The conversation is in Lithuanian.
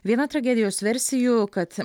viena tragedijos versijų kad